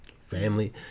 family